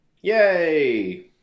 Yay